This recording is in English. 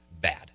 bad